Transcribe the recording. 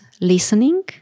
listening